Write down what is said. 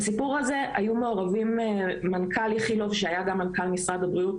בסיפור הזה היו מעורבים מנכ"ל איכילוב שהיה גם מנכ"ל משרד הבריאות,